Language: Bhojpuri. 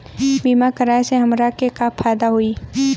बीमा कराए से हमरा के का फायदा होई?